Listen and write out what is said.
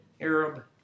Arab